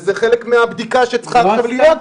וזה חלק מהבדיקה שצריכה להיות,